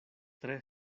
tre